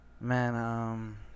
Man